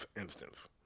instance